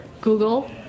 Google